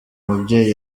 mubyeyi